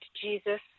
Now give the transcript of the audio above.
Jesus